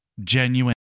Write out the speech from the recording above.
genuine